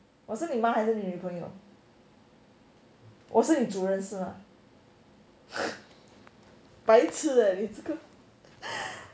我是你妈还是你女朋友我是的是吗白痴啊你这个